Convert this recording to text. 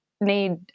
need